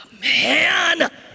Man